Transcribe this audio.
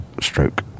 stroke